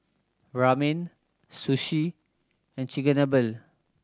Ramen Sushi and Chigenabe